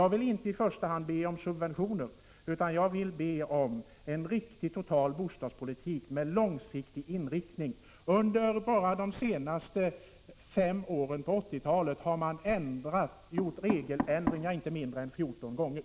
I första hand är det inte subventioner jag ber om utan jag ber om en riktig, en total bostadspolitik med långsiktig inriktning. Bara under de senaste fem åren på 1980-talet har regeländringar gjorts i inte mindre än 14 gånger.